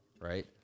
right